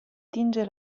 tinge